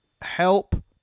help